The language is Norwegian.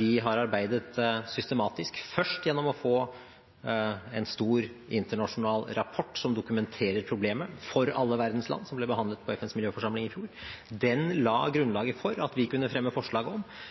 Vi har arbeidet systematisk, først gjennom å få en stor internasjonal rapport som dokumenterer problemet for alle verdens land, som ble behandlet på FNs miljøforsamling i fjor. Den la grunnlaget for at vi kunne fremme forslag om